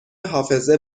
حافظه